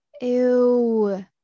Ew